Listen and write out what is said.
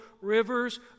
rivers